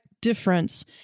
difference